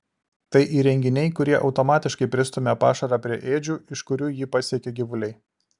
tai įrenginiai kurie automatiškai pristumia pašarą prie ėdžių iš kurių jį pasiekia gyvuliai